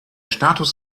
status